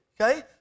okay